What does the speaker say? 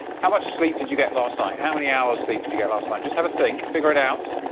how much sleep did you get last night? how many hours' sleep did you get last night? just have a think. figure it out.